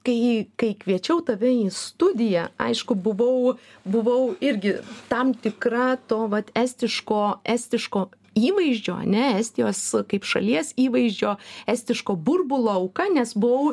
kai kai kviečiau tave į studiją aišku buvau buvau irgi tam tikra to vat estiško estiško įvaizdžio ane estijos kaip šalies įvaizdžio estiško burbulo auka nes buvau